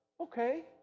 Okay